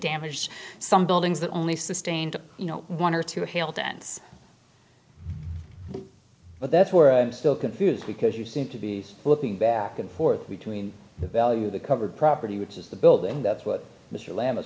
damaged some buildings that only sustained you know one or two hail dense but that's where i'm still confused because you seem to be looking back and forth between the value of the covered property which is the building that's what mr lamb